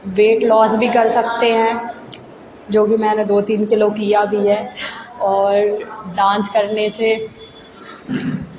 wait loss भी कर सकते हैं जो कि मैंने दो तीन किलो किया भी है और डांस करने से